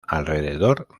alrededor